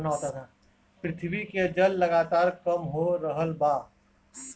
पृथ्वी के जल लगातार कम हो रहल बा